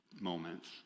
moments